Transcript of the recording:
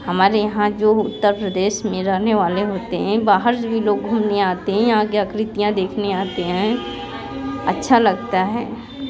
हमारे यहाँ जो उत्तर प्रदेश में रहने वाले होते हैं बाहर से भी लोग घूमने आते हैं यहाँ की आकृतियाँ देखने आते हैं अच्छा लगता है